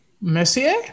Messier